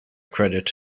credit